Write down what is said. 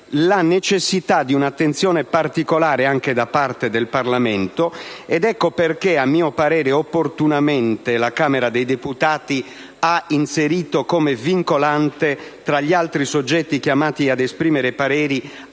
la necessità di un'attenzione particolare anche da parte del Parlamento; ecco perché, a mio parere, opportunamente la Camera dei deputati ha inserito, tra gli altri soggetti chiamati ad esprimere pareri